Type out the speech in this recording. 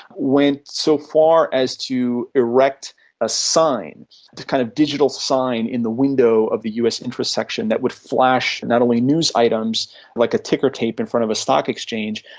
went so far as to erect a sign, a kind of digital sign in the window of the us interests section that would flash not only news items like a tickertape in front of a stock exchange,